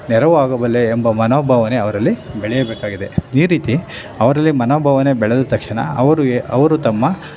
ನೆರವಾಗಬಲ್ಲೆ ಎಂಬ ಮನೋಭಾವನೆ ಅವರಲ್ಲಿ ಬೆಳೆಯಬೇಕಾಗಿದೆ ಈ ರೀತಿ ಅವರಲ್ಲಿ ಮನೋಭಾವನೆ ಬೆಳೆದ ತಕ್ಷಣ ಅವರು ಎ ಅವರು ತಮ್ಮ